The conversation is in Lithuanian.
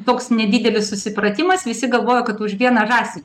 toks nedidelis susipratimas visi galvojo kad už vieną žąsį